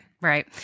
right